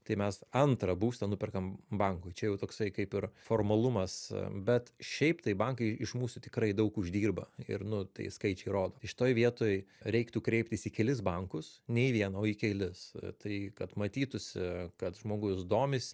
tai mes antrą būstą nuperkam bankui čia jau toksai kaip ir formalumas bet šiaip tai bankai iš mūsų tikrai daug uždirba ir nu tai skaičiai rodo tai šitoj vietoj reiktų kreiptis į kelis bankus ne į vieną o į kelis tai kad matytųsi kad žmogus domisi